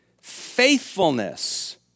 faithfulness